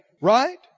right